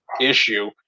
issue